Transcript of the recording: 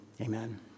Amen